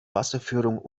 wasserführung